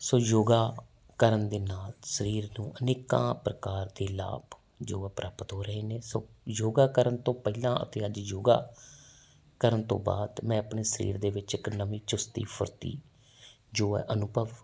ਸੋ ਯੋਗਾ ਕਰਨ ਦੇ ਨਾਲ ਸਰੀਰ ਨੂੰ ਅਨੇਕਾਂ ਪ੍ਰਕਾਰ ਦੇ ਲਾਭ ਜੋ ਪ੍ਰਾਪਤ ਹੋ ਰਹੇ ਨੇ ਸੋ ਯੋਗਾ ਕਰਨ ਤੋਂ ਪਹਿਲਾਂ ਅਤੇ ਅੱਜ ਯੋਗਾ ਕਰਨ ਤੋਂ ਬਾਅਦ ਮੈਂ ਆਪਣੇ ਸਰੀਰ ਦੇ ਵਿੱਚ ਇੱਕ ਨਵੀਂ ਚੁਸਤੀ ਫੁਰਤੀ ਜੋ ਐ ਅਨੁਭਵ